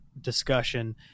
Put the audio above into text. discussion